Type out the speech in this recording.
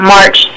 March